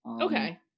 Okay